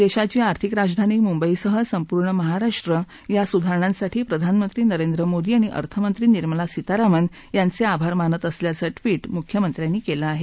देशाची आर्थिक राजधानी मुंबईसह संपूर्ण महाराष्ट्र या सुधारणांसाठी प्रधानमंत्री नरेंद्र मोदी आणि अर्थमंत्री निर्मला सीमारामन् यांचे आभार मानत असल्याचं ट्वीट मुख्यमंत्र्यांनी केलं आहे